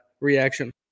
reaction